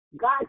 god